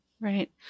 Right